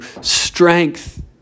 strength